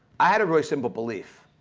i had a really simple belief.